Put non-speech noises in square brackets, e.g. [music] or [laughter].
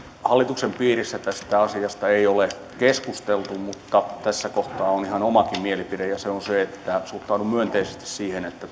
hallituksen piirissä tästä asiasta ei ole keskusteltu mutta tässä kohtaa on ihan omakin mielipide ja se on se että suhtaudun myönteisesti siihen että [unintelligible]